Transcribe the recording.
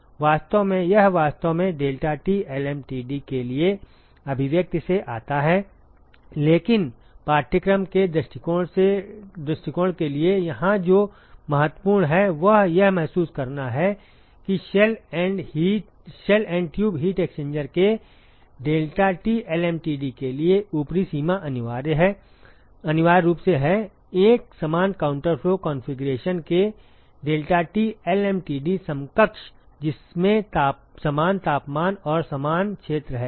वास्तव में यह वास्तव में deltaT lmtd के लिए अभिव्यक्ति से आता है लेकिन पाठ्यक्रम के दृष्टिकोण के लिए यहां जो महत्वपूर्ण है वह यह महसूस करना है कि shell and tube heat exchanger के deltaT lmtd के लिए ऊपरी सीमा अनिवार्य रूप से है एक समान काउंटर फ्लो कॉन्फ़िगरेशन के deltaT lmtd समकक्ष deltaT lmtd जिसमें समान तापमान और समान क्षेत्र है ठीक